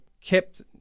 kept